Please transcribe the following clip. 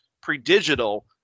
pre-digital